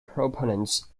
proponents